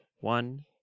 one